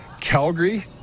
calgary